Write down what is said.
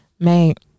Mate